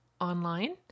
online